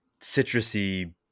citrusy